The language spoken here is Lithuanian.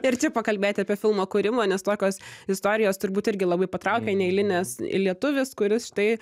ir čia pakalbėti apie filmo kūrimą nes tokios istorijos turbūt irgi labai patraukia neeilinės lietuvis kuris štai